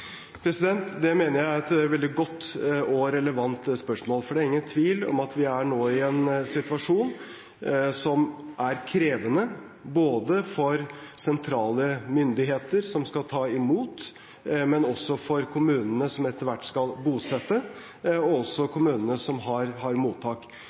Det mener jeg er et veldig godt og relevant spørsmål. Det er ingen tvil om at vi nå er i en situasjon som er krevende både for sentrale myndigheter som skal ta imot, for kommunene som etter hvert skal bosette, og også for kommunene som har mottak.